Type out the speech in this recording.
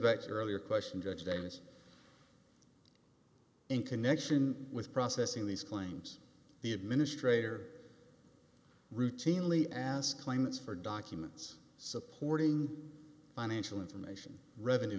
back to earlier question judge davis in connection with processing these claims the administrator routinely ask claimants for documents supporting financial information revenue